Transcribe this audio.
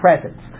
presence